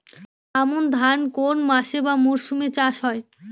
আমন ধান কোন মাসে বা মরশুমে চাষ হয়?